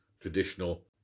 traditional